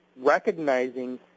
recognizing